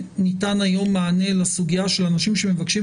ניתן היום מענה לסוגיה של אנשים שמבקשים